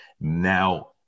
now